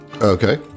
Okay